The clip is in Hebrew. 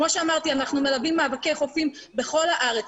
כמו שאמרתי, אנחנו מלווים מאבקי חופים בכל הארץ